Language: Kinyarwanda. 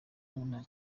nta